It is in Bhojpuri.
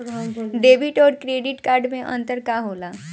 डेबिट और क्रेडिट कार्ड मे अंतर का होला?